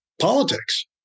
politics